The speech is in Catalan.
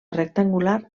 rectangular